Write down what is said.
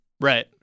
right